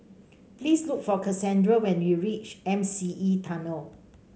please look for Cassandra when you reach M C E Tunnel